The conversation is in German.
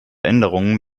änderungen